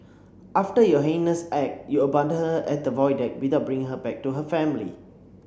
after your heinous act your abandoned her at the Void Deck without bringing her back to her family